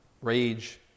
rage